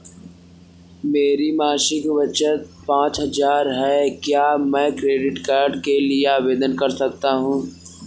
मेरी मासिक बचत पचास हजार की है क्या मैं क्रेडिट कार्ड के लिए आवेदन कर सकता हूँ?